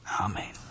Amen